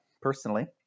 personally